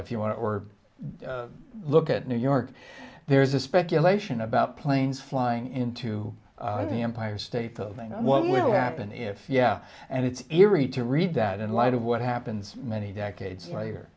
if you want to look at new york there's a speculation about planes flying into the empire state building what will happen if yeah and it's eerie to read that in light of what happens many decades